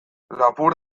lapur